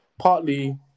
Partly